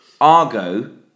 argo